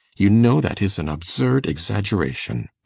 you know that is an absurd exaggeration